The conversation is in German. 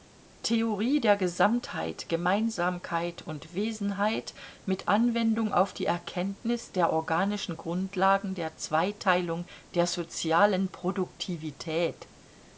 theorie der gesamtheit gemeinsamkeit und wesenheit mit anwendung auf die erkenntnis der organischen grundlagen der zweiteilung der sozialen produktivität